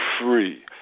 free